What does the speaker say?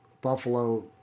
Buffalo